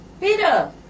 Peter